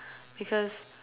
because